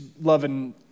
loving